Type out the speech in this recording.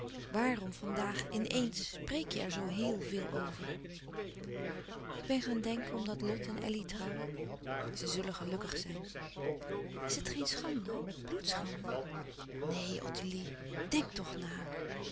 waarom van daag in éens spreek je er zoo heel veel over ik ben gaan denken omdat lot en elly trouwen ze zullen gelukkig zijn is het geen schande bloedschande néen ottilie dènk toch na